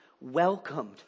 welcomed